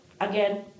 again